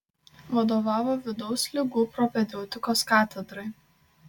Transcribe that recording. vadovavo vidaus ligų propedeutikos katedrai